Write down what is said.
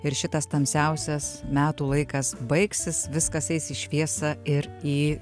ir šitas tamsiausias metų laikas baigsis viskas eis į šviesą ir į